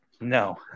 No